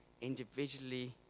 individually